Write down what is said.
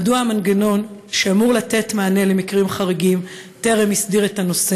1. מדוע המנגנון שאמור לתת מענה על מקרים חריגים טרם הסדיר את הנושא?